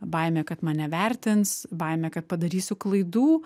baimė kad mane vertins baimė kad padarysiu klaidų